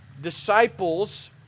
disciples